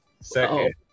second